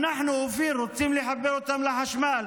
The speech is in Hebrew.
אנחנו, אופיר, רוצים לחבר אותם לחשמל.